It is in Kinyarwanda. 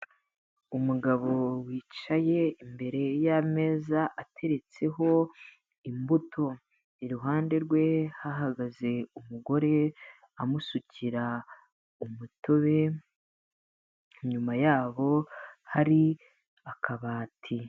Umugabo wicaye imbere y'ameza ateretseho imbuto; iruhande rwe hahagaze umugore amusukira umutobe, inyuma yabo hari akabati.